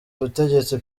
butegetsi